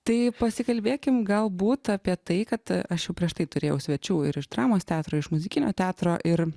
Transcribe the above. tai pasikalbėkim galbūt apie tai kad aš jau prieš tai turėjau svečių ir iš dramos teatro iš muzikinio teatro ir